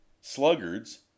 sluggards